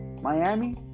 Miami